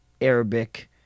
Arabic